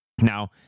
now